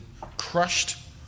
crushed